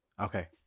Okay